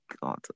god